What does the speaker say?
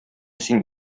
син